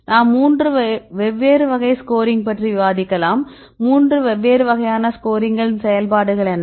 நாம் 3 வெவ்வேறு வகை ஸ்கோரிங் பற்றி விவாதிக்கலாம் வெவ்வேறு வகையான ஸ்கோரிங் செயல்பாடுகள் என்ன